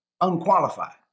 unqualified